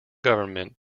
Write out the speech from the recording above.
government